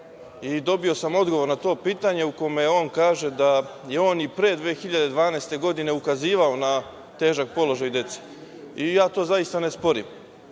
Dobio sam odgovor na to pitanje u kome on kaže da je on i pre 2012. godine ukazivao na težak položaj dece. Ja to zaista ne sporim.